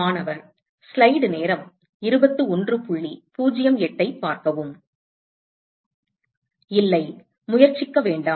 மாணவர் இல்லை முயற்சிக்க வேண்டாம்